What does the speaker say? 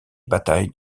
batailles